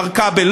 מר כבל,